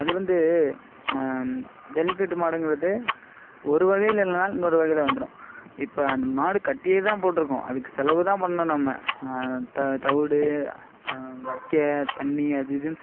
அது வந்து ஜல்லிக்கட்டு மாடுங்கிறது ஒரு வகையில் இல்லைனா இன்னொரு வகையில் வந்துடும் இப்போ அந்த மாடு கட்டியேதான் போட்டிருக்கோம் அதுக்கு செலவுதான் பண்ணணும் நம்ம தவுடு வைக்க தண்ணி அது இதுன்னு